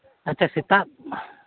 ᱟᱪᱷᱟ ᱥᱮᱛᱟᱜ